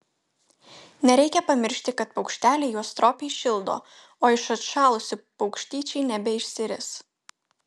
nereikia pamiršti kad paukšteliai juos stropiai šildo o iš atšalusių paukštyčiai nebeišsiris